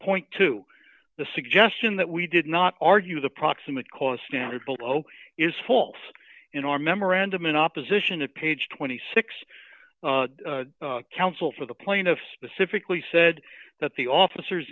point to the suggestion that we did not argue the proximate cause standard below is false in our memorandum in opposition to page twenty six dollars counsel for the plaintiff specifically said that the officers